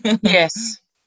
Yes